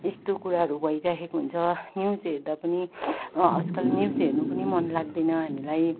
य स्तो कुराहरू भइराखेको हुन्छ न्युज हेर्दा पनि असकल न्युज हेर्नु पनि मन लाग्दैन हामीलाई